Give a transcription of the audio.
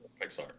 Pixar